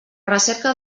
recerca